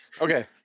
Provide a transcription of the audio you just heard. Okay